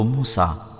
Musa